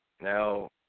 Now